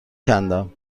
کندم